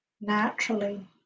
naturally